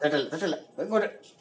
തെറ്റൽ തെറ്റല്ല റെക്കോഡ്